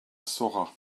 saurat